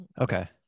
Okay